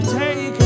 take